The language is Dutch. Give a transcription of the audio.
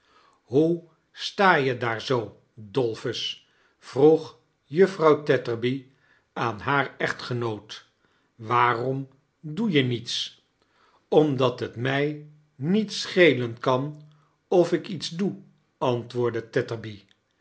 hoe sta je daar zoo dolphusi vroeg juffrouw tetterby aan haar echtgenoot waarom doe je niets omdat t mij niet sohelen kan of ik iets doe antwoordde